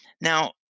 Now